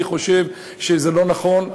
אני חושב שזה לא נכון.